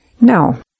Now